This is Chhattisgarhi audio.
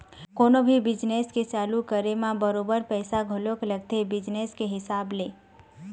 कोनो भी बिजनेस के चालू करे म बरोबर पइसा घलोक लगथे बिजनेस के हिसाब ले